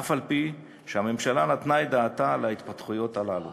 אף-על-פי שהממשלה נתנה את דעתה להתפתחויות הללו.